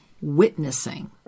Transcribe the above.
witnessing